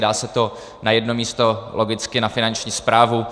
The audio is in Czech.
Dá se to na jedno místo, logicky na Finanční správu.